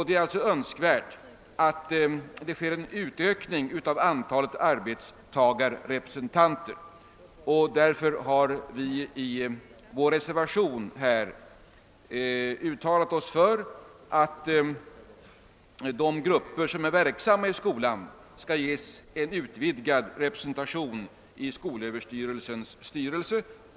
Det är alltså önskvärt med en utökning av antalet arbetstagarrepresentanter, och därför har vi i vår reservation uttalat oss för att de grupper som är verksamma i skolan skall ges en utvidgad representation i SÖ:s styrelse.